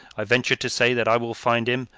i venture to say that i will find him.